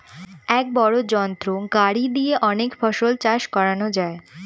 এক বড় যন্ত্র গাড়ি দিয়ে অনেক ফসল চাষ করানো যায়